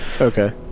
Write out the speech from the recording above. Okay